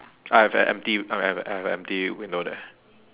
I have an empty I have I have a empty window there